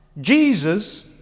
Jesus